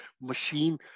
machine